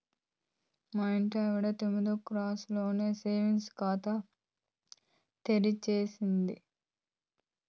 మా ఇంటాయన తొమ్మిదో క్లాసులోనే సేవింగ్స్ ఖాతా తెరిచేసినాది